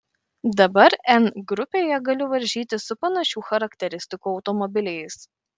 dabar n grupėje galiu varžytis su panašių charakteristikų automobiliais